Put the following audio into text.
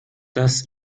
das